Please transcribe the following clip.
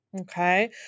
Okay